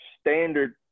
standard